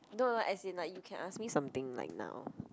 no no as in like you can ask me something like now